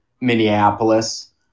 minneapolis